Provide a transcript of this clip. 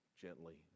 gently